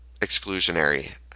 exclusionary